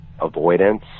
avoidance